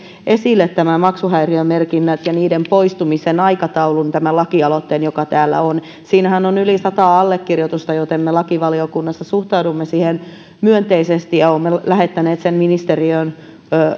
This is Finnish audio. esille maksuhäiriömerkinnät ja niiden poistumisen aikataulun tämän lakialoitteen joka täällä on siinähän on yli sata allekirjoitusta joten me lakivaliokunnassa suhtaudumme siihen myönteisesti ja olemme lähettäneet sen ministeriöön